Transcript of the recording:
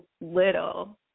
little